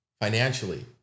financially